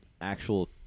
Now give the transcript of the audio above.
actual